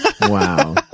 Wow